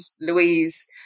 Louise